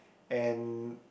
and